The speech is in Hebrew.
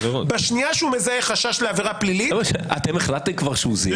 בשנייה שהוא מזהה חשש לעבירה פלילית --- אתם כבר החלטתם שהוא זיהה?